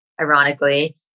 ironically